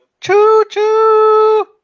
choo-choo